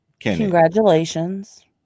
Congratulations